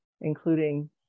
including